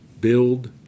build